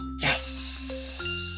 Yes